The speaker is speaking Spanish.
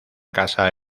casa